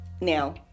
now